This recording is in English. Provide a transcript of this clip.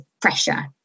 pressure